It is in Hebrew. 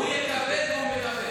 הוא יקבל והוא מקבל.